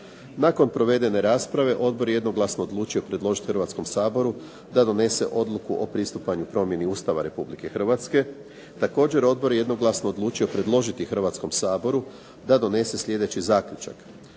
Nakon provedene rasprave odbor je jednoglasno odlučio predložiti Hrvatskom saboru da donese Odluku o pristupanju promjeni Ustava Republike Hrvatske. Također odbor je jednoglasno odlučio predložiti Hrvatskom saboru da donese slijedeći zaključak: